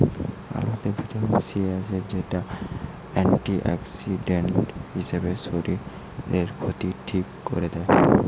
আলুতে vitamin C আছে, যেটা অ্যান্টিঅক্সিডেন্ট হিসাবে শরীরের ক্ষতি ঠিক কোরে দেয়